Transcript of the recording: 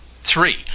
three